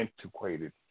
antiquated